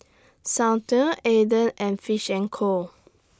Soundteoh Aden and Fish and Co